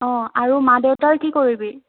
অ' আৰু মা দেউতাৰ কি কৰিবি